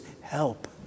help